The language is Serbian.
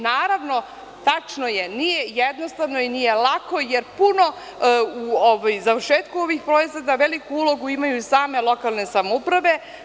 Naravno, tačno je nije jednostavno i nije lako, jer puno u završetku ovih projekata veliku ulogu imaju same lokalne samouprave.